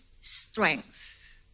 strength